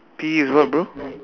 P_E is what bro